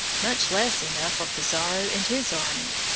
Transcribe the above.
much less enough for pizarro and his army.